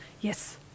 Yes